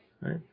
Right